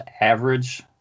average